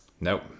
Nope